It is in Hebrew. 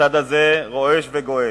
הצד הזה רועש וגועש.